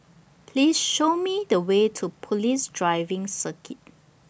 Please Show Me The Way to Police Driving Circuit